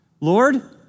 Lord